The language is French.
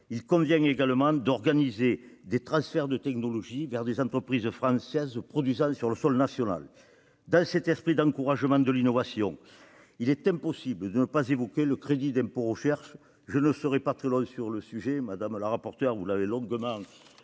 Il convient également d'organiser des transferts de technologie vers des entreprises françaises produisant sur le sol national. Dans cet esprit d'encouragement de l'innovation, il est impossible de ne pas évoquer le crédit d'impôt recherche. Je serai cependant bref sur le sujet, car vous l'avez longuement